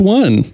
one